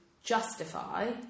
Justify